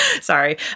Sorry